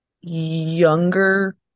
younger